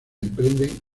emprenden